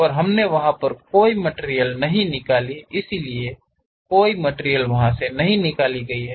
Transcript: और हमने वहां पर कोई मटिरियल नहीं निकाली इसलिए कोई मटिरियल नहीं निकाली गई है